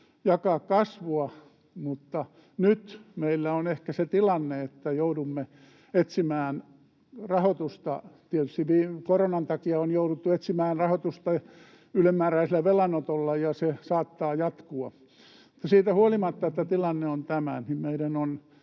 jakaa kasvua, mutta nyt meillä on ehkä se tilanne, että joudumme etsimään rahoitusta. Tietysti koronan takia on jouduttu etsimään rahoitusta ylenmääräisellä velanotolla, ja se saattaa jatkua. Siitä huolimatta, että tilanne on tämä,